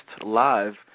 live